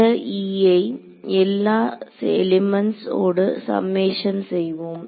இந்த e ஐ எல்லா எலிமென்ட்ஸ் ஓடு சம்மேஷன் செய்வோம்